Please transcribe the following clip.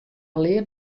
leard